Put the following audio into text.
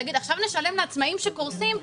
תגיד: עכשיו נשלם לעצמאים שקורסים,